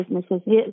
businesses